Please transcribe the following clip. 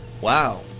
Wow